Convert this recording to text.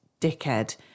dickhead